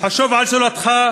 חשוב על זולתך,